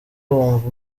wumva